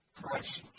prices